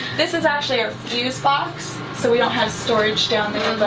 this is actually a fuse box, so we don't have storage down there but